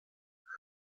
dies